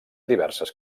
diverses